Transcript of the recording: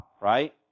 right